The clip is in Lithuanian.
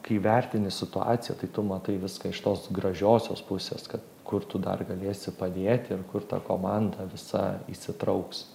kai įvertini situaciją tai tu matai viską iš tos gražiosios pusės kad kur tu dar galėsi padėti ir kur ta komanda visa įsitrauks